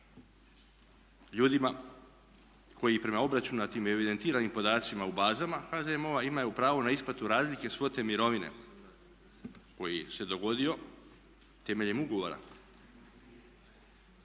ljudima koji prema obračunatim evidentiranim podacima u bazama HZMO-a imaju pravo na isplatu razlike svote mirovine koji se dogodio temeljem ugovora